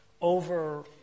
over